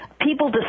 People